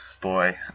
boy